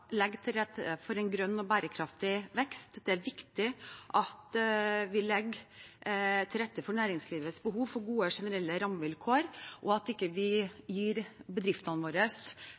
legge til rette for en grønn og bærekraftig vekst. Det er viktig at vi legger til rette for næringslivets behov for gode og generelle rammevilkår, og at vi ikke gir bedriftene våre